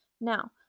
Now